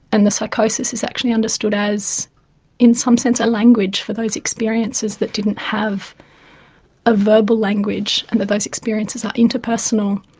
and the psychosis is actually understood as in some sense a language for those experiences that didn't have a verbal language and that those experiences are interpersonal.